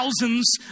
thousands